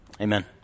amen